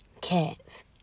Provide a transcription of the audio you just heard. cats